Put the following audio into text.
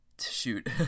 shoot